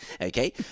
Okay